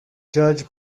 judge